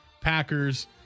Packers